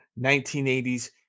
1980s